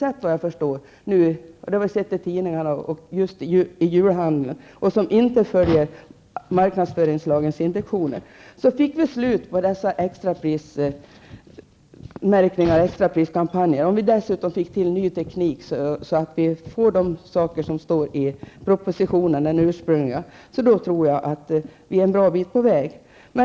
Det kan man ju läsa om i tidningarna. Just i dessa tider då julhandeln har börjat kan man se exempel på detta. Det är alltså inte alltid som marknadsföringslagens intentioner följs. Om vi kunde slippa dessa extrapriskampanjer och om vi dessutom kunde införa den nya tekniken för att därmed möjliggöra det som sägs i den ursprungliga propositionen, tror jag att vi skulle komma en bra bit på vägen.